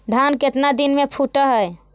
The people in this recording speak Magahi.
धान केतना दिन में फुट है?